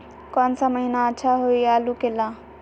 कौन सा महीना अच्छा होइ आलू के ला?